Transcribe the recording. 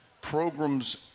programs